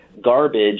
garbage